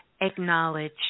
acknowledge